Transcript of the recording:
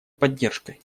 поддержкой